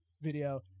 video